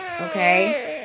Okay